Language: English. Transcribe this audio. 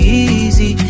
easy